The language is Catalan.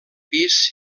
pis